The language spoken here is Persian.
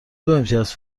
دوامتیاز